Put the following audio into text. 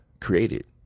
created